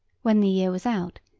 when the year was out,